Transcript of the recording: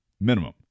Minimum